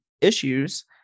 issues